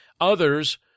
Others